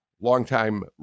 longtime